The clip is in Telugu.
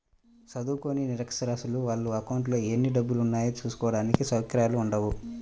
చదువుకోని నిరక్షరాస్యులకు వాళ్ళ అకౌంట్లలో ఎన్ని డబ్బులున్నాయో చూసుకోడానికి సౌకర్యాలు ఉండవు